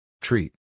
Treat